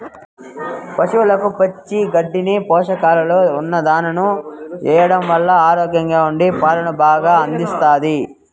పసవులకు పచ్చి గడ్డిని, పోషకాలతో ఉన్న దానాను ఎయ్యడం వల్ల ఆరోగ్యంగా ఉండి పాలను బాగా అందిస్తాయి